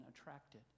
attracted